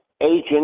Agent